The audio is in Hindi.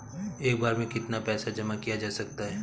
एक बार में कितना पैसा जमा किया जा सकता है?